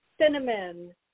cinnamon